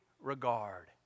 regard